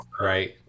Right